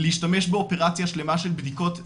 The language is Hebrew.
להשתמש באופרציה שלמה של בדיקות דנ”א,